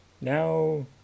Now